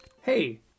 Hey